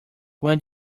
when